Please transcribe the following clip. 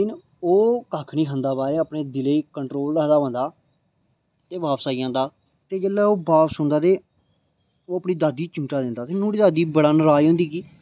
लेकिन ओह् कक्ख नेईं खंदा महाराज बाह्रे दा बड़ा कन्ट्रोल रखदा ऐ ते बापस आई जंदा ते ओल्लै ओह् बापस जंदे ओह् अपनी दादी गी चिमटा दिंदा ते नुआढ़ी दादी बड़ा नराज होंदी कि